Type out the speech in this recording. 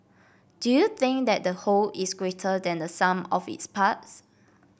do you think that the whole is greater than the sum of its parts